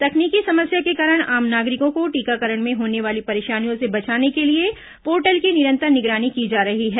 तकनीकी समस्या के कारण आम नागरिकों को टीकाकरण में होने वाली परेशानियों से बचाने के लिए पोर्टल की निरंतर निगरानी की जा रही है